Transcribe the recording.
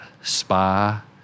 spa